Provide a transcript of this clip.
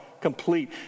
complete